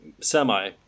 semi